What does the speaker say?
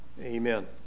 Amen